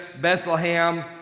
Bethlehem